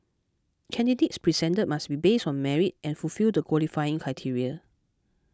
candidates presented must be based on merit and fulfil the qualifying criteria